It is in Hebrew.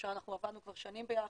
שאנחנו עבדנו כבר שנים ביחד,